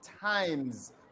times